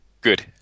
Good